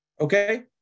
okay